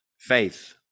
Faith